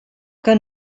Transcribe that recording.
que